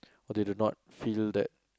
or they do not feel that